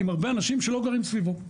עם הרבה אנשים שלא גרים סביבו.